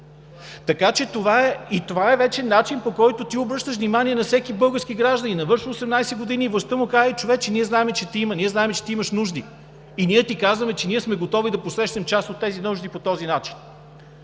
Това е вече начин, по който ти обръщаш внимание на всеки български гражданин, навършил 18 години, и властта му казва – човече, ние знаем, че те има, ние знаем, че ти имаш нужди и ние ти казваме, че ние сме готови да посрещнем част от тези нужди по този начин.